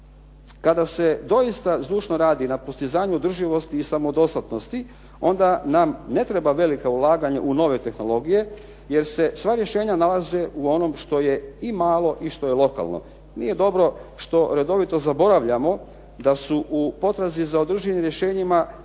Kada se doista zdušno radi na postizanju održivosti i samodostatnosti onda nam ne treba velika ulaganja u nove tehnologije, jer se sva rješenja nalaze u onom što je i malo i što je lokalno. Nije dobro što redovito zaboravljamo da su u potrazi za održivim rješenjima trebamo